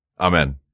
amen